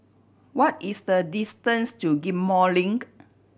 what is the distance to Ghim Moh Link